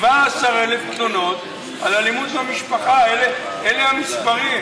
17,000 תלונות על אלימות במשפחה אלה המספרים.